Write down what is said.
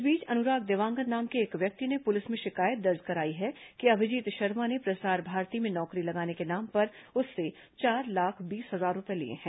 इस बीच अनुराग देवोंगन नाम के एक व्यक्ति ने पुलिस में शिकायत दर्ज कराई है कि अभिजीत शर्मा ने प्रसार भारती में नौकरी लगाने के नाम पर उससे चार लाख बीस हजार रूपये लिए हैं